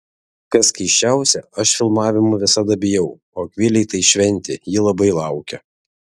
kas keisčiausia aš filmavimų visada bijau o akvilei tai šventė ji labai laukia